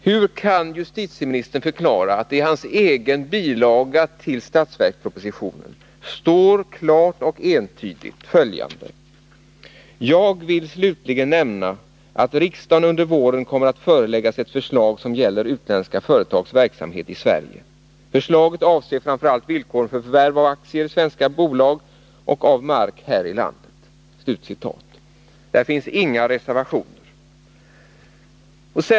Hur kan justitieministern förklara att det i hans egen bilaga till budgetpropositionen klart och entydigt står följande: ”Jag vill ——— slutligen nämna att riksdagen under våren kommer att föreläggas ett förslag som gäller utländska företags verksamhet i Sverige. Förslaget avser framför allt villkoren för förvärv av aktier i svenska bolag och av mark här i landet.” Där finns inga reservationer.